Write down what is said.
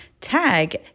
tag